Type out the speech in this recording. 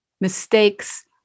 mistakes